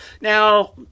Now